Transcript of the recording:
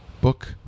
book